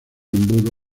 embudo